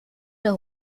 der